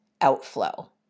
outflow